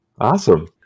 Awesome